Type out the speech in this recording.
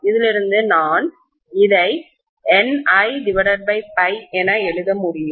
இதிலிருந்து நான் இதை Ni∅ என எழுத முடியும்